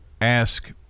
ask